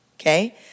okay